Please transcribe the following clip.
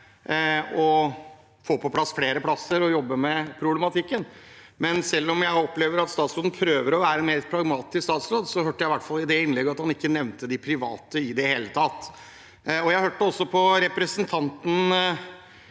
å få på plass flere plasser og jobbe med problematikken. Selv om jeg opplever at statsråden prøver å være en mer pragmatisk statsråd, hørte jeg i hvert fall ikke i det innlegget at han nevnte de private i det hele tatt. Jeg hørte også representanten